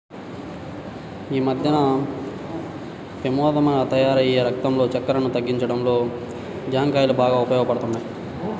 యీ మద్దెన పెమాదకరంగా తయ్యారైన రక్తంలో చక్కెరను తగ్గించడంలో జాంకాయలు బాగా ఉపయోగపడతయ్